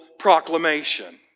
proclamation